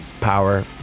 power